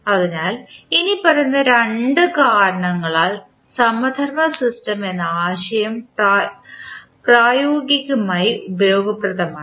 അതിനാൽ ഇനിപ്പറയുന്ന 2 കാരണങ്ങളാൽ സമധർമ്മ സിസ്റ്റം എന്ന ആശയം പ്രായോഗികമായി ഉപയോഗപ്രദമാണ്